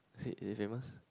is he is he famous